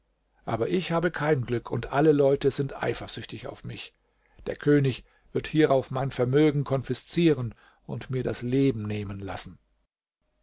aber ich habe kein glück und alle leute sind eifersüchtig auf mich der könig wird hierauf mein vermögen konfiszieren und mir das leben nehmen lassen